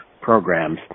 programs